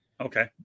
Okay